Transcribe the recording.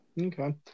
Okay